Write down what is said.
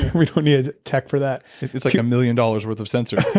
we don't need tech for that it's like a million dollars worth of sensors.